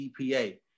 gpa